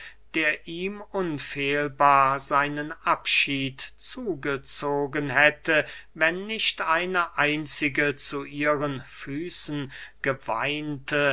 der ihm unfehlbar seinen abschied zugezogen hätte wenn nicht eine einzige zu ihren füßen geweinte